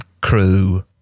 crew